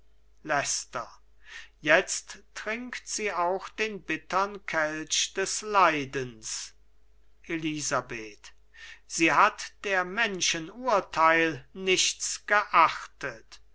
jetzt trinkt sie auch den bittern kelch des leidens elisabeth sie hat der menschen urteil nichts geachtet